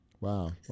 Wow